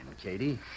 Katie